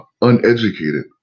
uneducated